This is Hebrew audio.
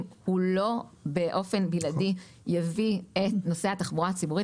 הוא לא באופן בלעדי יביא את נושא התחבורה הציבורית.